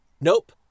nope